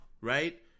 Right